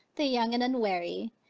the young and unwary,